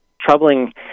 troubling